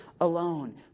alone